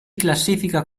classifica